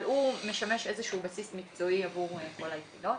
הוא משמש איזשהו בסיס מקצועי עבור כל היחידות.